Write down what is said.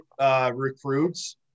recruits